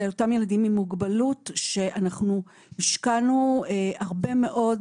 אותם ילדים עם מוגבלות שאנחנו השקענו הרבה מאוד